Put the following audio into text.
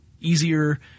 easier